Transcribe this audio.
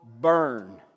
burn